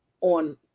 on